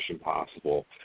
possible